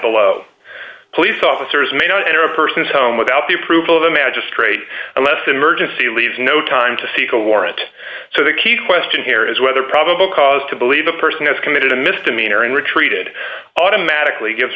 below police officers may not enter a person's home without the approval of the magistrate unless emergency leaves no time to seek a warrant so the key question here is whether probable cause to believe a person has committed a misdemeanor and retreated automatically gives